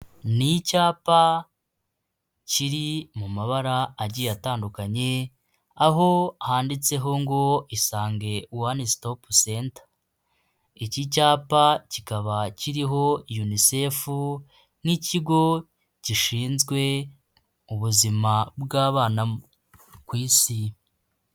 Ni icyapa kiri mu mabara agiye atandukanye aho handitseho ngo Isange Wani Stopu Senta, iki cyapa kikaba kiriho Unicef ni ikigo gishinzwe ubuzima bw'abana ku isi.